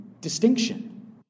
distinction